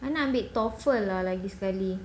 kena ambil to TOEFL lah lagi sekali